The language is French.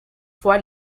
fois